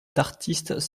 d’artistes